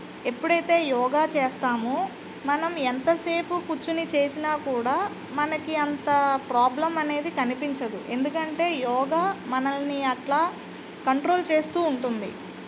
ఎప్పుడైతే యోగా చేస్తామో మనం ఎంతసేపు కూర్చుని చేసినా కూడా మనకి అంత ప్రాబ్లం అనేది కనిపించదు ఎందుకంటే యోగా మనల్ని అట్లా కంట్రోల్ చేస్తూ ఉంటుంది